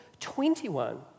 21